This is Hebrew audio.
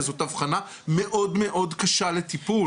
וזאת אבחנה מאוד מאוד קשה לטיפול.